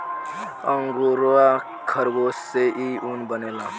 angora खरगोश से इ ऊन बनेला